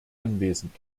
anwesend